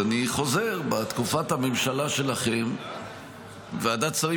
אני חוזר: בתקופת הממשלה שלכם ועדת השרים